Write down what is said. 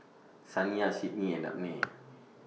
Saniyah Sydni and Dabney